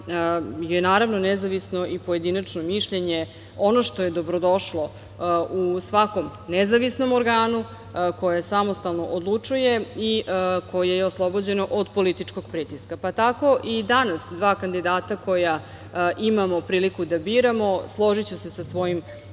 reći da je nezavisno i pojedinačno mišljenje ono što je dobrodošlo u svakom nezavisnom organu koje samostalno odlučuje i koje je oslobođeno političkog pritiska, pa tako i danas dva kandidata koja imamo priliku da biramo, složiću se sa svojim